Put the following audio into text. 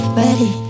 ready